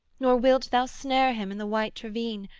nor wilt thou snare him in the white ravine,